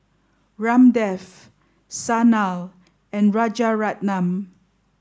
Ramdev Sanal and Rajaratnam